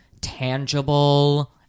tangible